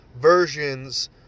versions